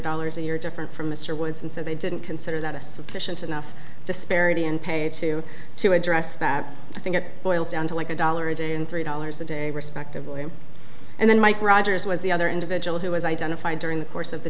dollars a year different from mr woods and so they didn't consider that a sufficient enough disparity in pay two to address that i think it boils down to like a dollar a day in three dollars a day respectively and then mike rogers was the other individual who was identified during the course of the